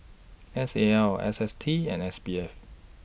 S A L S S T and S B F